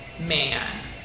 man